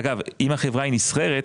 אגב, אם החברה היא נסחרת,